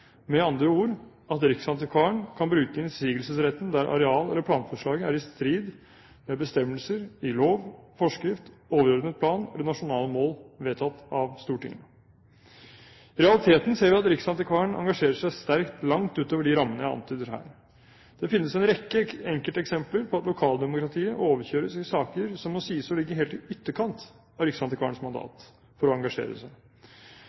med andre ord at riksantikvaren kan bruke innsigelsesretten der areal eller planforslag er i strid med bestemmelser i lov, forskrift, overordnet plan eller nasjonale mål vedtatt av Stortinget. I realiteten ser vi at riksantikvaren engasjerer seg sterkt langt utover de rammene jeg antyder her. Det finnes en rekke enkelteksempler på at lokaldemokratiet overkjøres i saker som må sies å ligge helt i ytterkant av riksantikvarens mandat for å engasjere seg.